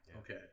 Okay